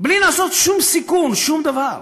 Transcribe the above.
בלי שום סיכון, שום דבר.